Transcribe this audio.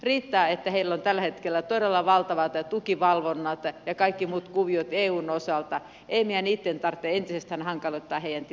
riittää että heillä on tällä hetkellä todella valtavat tukivalvonnat ja kaikki muut kuviot eun osalta ei meidän itse tarvitse entisestään hankaloittaa heidän tilannettaan